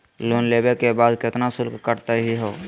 Loan लेवे के बाद केतना शुल्क कटतही हो?